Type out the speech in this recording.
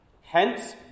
Hence